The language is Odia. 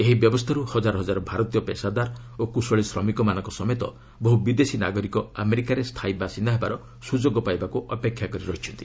ଏହି ବ୍ୟବସ୍ଥାରୁ ହଜାର ହଜାର ଭାରତୀୟ ପେସାଦାର ଓ କୁଶଳୀ ଶ୍ରମିକମାନଙ୍କ ସମେତ ବହୁ ବିଦେଶୀ ନାଗରିକ ଆମେରିକାରେ ସ୍ଥାୟୀ ବାସିନ୍ଦା ହେବାର ସ୍ରଯୋଗ ପାଇବାକ୍ ଅପେକ୍ଷା କରି ରହିଛନ୍ତି